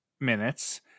minutes